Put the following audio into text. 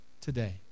today